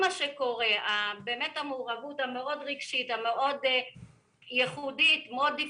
המעורבות הרגשית היא מאוד ייחודית.